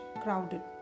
crowded